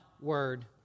word